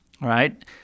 right